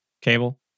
cable